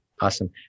Awesome